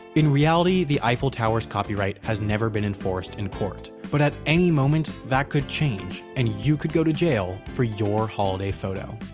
in reality the eiffel tower's copyright has never been enforced in court, but at any moment that could change and you could you to jail for your holiday photo.